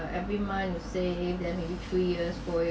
I every months save them maybe three years four years